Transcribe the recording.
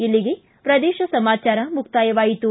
ಇಲ್ಲಿಗೆ ಪ್ರದೇಶ ಸಮಾಚಾರ ಮುಕ್ತಾಯವಾಯಿತು